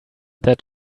that